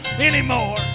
anymore